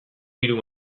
hiru